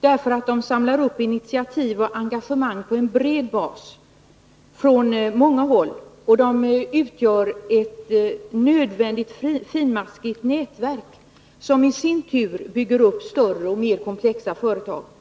Genom dem samlar man ihop initiativ och engagemang på en bred bas och från många håll, och de fungerar som ett nödvändigt, finmaskigt nät, som i sin tur kan leda till att större och mer komplexa företag byggs upp.